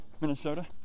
Minnesota